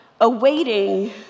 awaiting